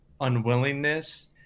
unwillingness